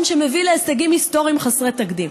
שמביא להישגים היסטוריים חסרי תקדים.